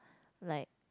like